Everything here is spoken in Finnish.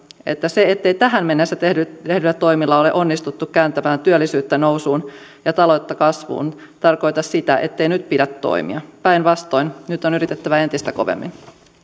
ettei se ettei tähän mennessä tehdyillä tehdyillä toimilla ole onnistuttu kääntämään työllisyyttä nousuun ja taloutta kasvuun tarkoita sitä ettei nyt pidä toimia päinvastoin nyt on yritettävä entistä kovemmin